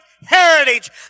heritage